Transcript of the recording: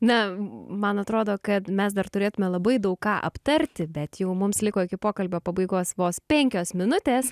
ne man atrodo kad mes dar turėtume labai daug ką aptarti bet jau mums liko iki pokalbio pabaigos vos penkios minutės